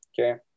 okay